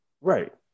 right